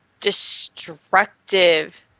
Destructive